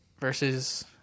versus